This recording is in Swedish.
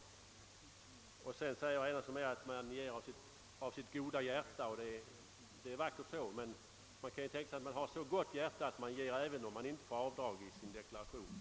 Vidare menade herr Enarsson att man ger av sitt goda hjärta och det är vackert, men man kan ju tänka sig att man har så gott hjärta att man ger, även om man inte får göra avdrag i sin deklaration.